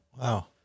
Wow